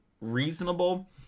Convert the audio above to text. reasonable